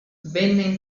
venne